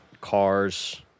cars